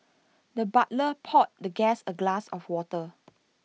the butler poured the guest A glass of water